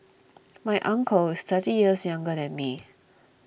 my uncle is thirty years younger than me